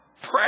Pray